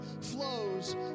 flows